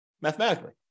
mathematically